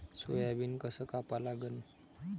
Soybean कस कापा लागन?